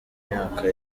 myaka